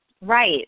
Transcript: Right